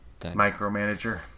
micromanager